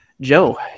Joe